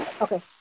Okay